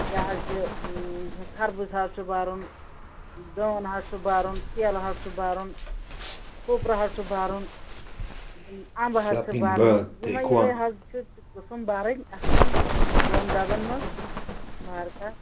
یہِ حظ یہِ خَربُز حظ چھُ بَرُن دٲن حظ چھُ بَرُن کیلہٕ حظ چھُ بَرُن کھوٗپرٕ حظ چھُ بَرُن اَمبہٕ حظ چھِ بَرنہِ یِمَے یِمَے حظ چھِ قٕسٕم بَرٕںۍ اَتھ منٛز دۄن ڈَبَن منٛز وارٕ کار